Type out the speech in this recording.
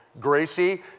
Gracie